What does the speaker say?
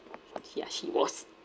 ya she was